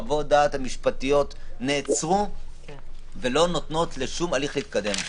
חוות הדעת המשפטיות נעצרו ולא נותנות לשום הליך להתקדם.